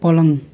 पलङ